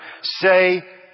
say